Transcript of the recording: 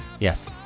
Yes